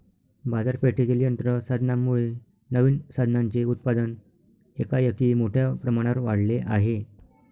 बाजारपेठेतील यंत्र साधनांमुळे नवीन साधनांचे उत्पादन एकाएकी मोठ्या प्रमाणावर वाढले आहे